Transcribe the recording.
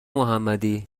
محمدی